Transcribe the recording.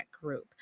group